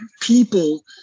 People